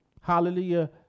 hallelujah